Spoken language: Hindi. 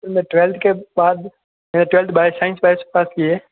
मैं ट्वेल्थ के बाद मैंने ट्वेल्थ बायो साइंस बायो से पास की है